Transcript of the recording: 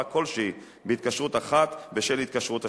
כלשהי בהתקשרות אחת בשל ההתקשרות השנייה.